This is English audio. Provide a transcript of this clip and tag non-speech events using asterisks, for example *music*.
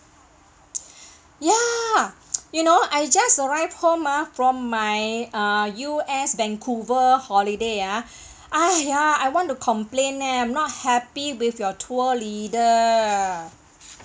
ya *noise* you know I just arrived home ah from my uh U_S vancouver ah ah ya I want to complain eh I'm not happy with your tour leader